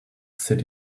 sit